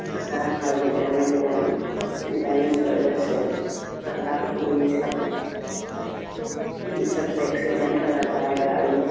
سڑک کا جو ڈیمیج رہے ڈیمیج کے وجہ سے کھدا کھدی سب یہ سب سے ایکسیڈینٹ ہو جاتا ہے گاڑی